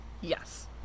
yes